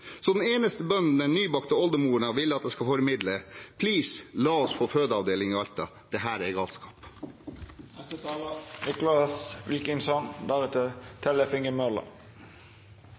Den eneste bønnen den nybakte oldemoren ville jeg skulle formidle, er: Please, la oss få fødeavdeling i Alta. Dette er galskap.